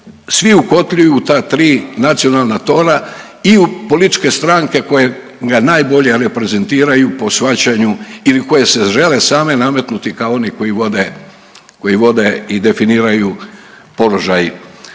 svi ukotljuju u ta tri nacionalna tora i u političke stranke koje ga najbolje reprezentiraju po shvaćanju ili koje se žele same nametnuti kao oni koji vode, koji vode i definiraju položaj.